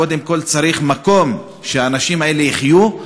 קודם כול צריך מקום שהאנשים האלה יחיו.